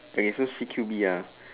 okay so C_Q_B ah